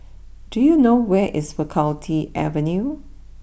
do you know where is Faculty Avenue